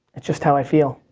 that's just how i feel.